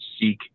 seek